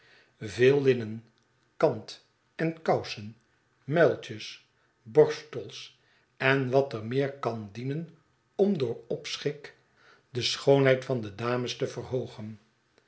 veel lumen kant en kouseu muiltjes borstels en wat er meer kan dienen om door opschik de schoonheid van de dames te verhoogen